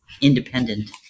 independent